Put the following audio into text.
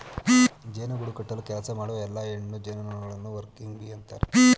ಜೇನು ಗೂಡು ಕಟ್ಟಲು ಕೆಲಸ ಮಾಡುವ ಎಲ್ಲಾ ಹೆಣ್ಣು ಜೇನುನೊಣಗಳನ್ನು ವರ್ಕಿಂಗ್ ಬೀ ಅಂತರೆ